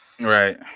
Right